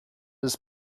his